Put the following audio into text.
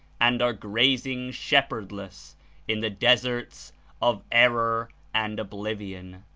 and are grazing shepherdless in the deserts of error and oblivion.